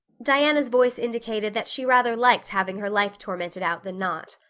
diana's voice indicated that she rather liked having her life tormented out than not.